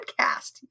podcast